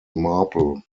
marple